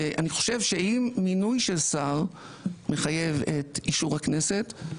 ואני חושב שאם מינוי של שר מחייב את אישור הכנסת,